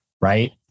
right